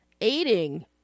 aiding